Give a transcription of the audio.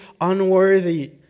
unworthy